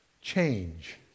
change